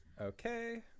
Okay